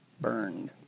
burned